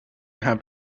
have